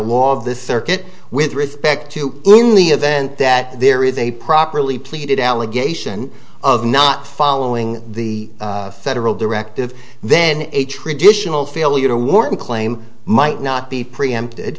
of this circuit with respect to in the event that there is a properly pleated allegation of not following the federal directive then a traditional failure to wharton claim might not be preempted